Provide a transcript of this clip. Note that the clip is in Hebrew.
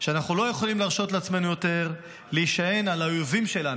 שאנחנו לא יכולים להרשות לעצמנו יותר להישען על האויבים שלנו,